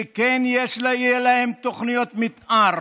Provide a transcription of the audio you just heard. שכן יהיו להם תוכניות מתאר.